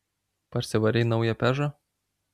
parsivarei naują pežą